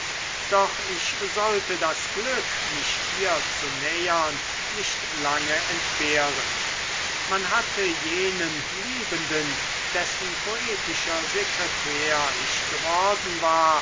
doch ich sollte das glück mich ihr zu nähern nicht lange entbehren man hatte jenen liebenden dessen poetischer sekretär ich geworden war